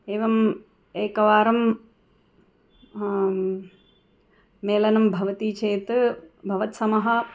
एवम् एकवारं मेलनं भवति चेत् भवत्समः